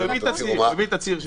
הוא הביא תצהיר.